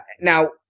Now